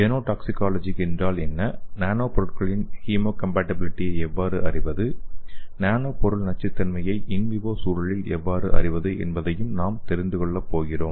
genotoxicity என்றால் என்ன nano பொருட்களின் ஹீமோகாம்பாட்டிபிலிட்டியை எவ்வாறு அறிவது நானோ பொருள் நச்சுத்தன்மையை இன் விவோ சூழலில் எவ்வாறு அறிவது என்பதையும் நாம் தெரிந்து கொள்ளப் போகிறோம்